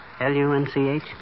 L-U-N-C-H